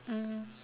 mm